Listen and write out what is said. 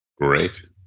Great